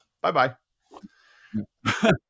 Bye-bye